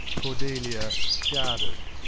cordelia, guarded.